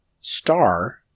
star